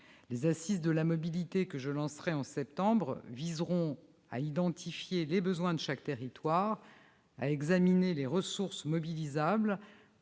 Les Assises de la mobilité que je lancerai en septembre viseront à identifier les besoins de chaque territoire, à examiner les ressources mobilisables,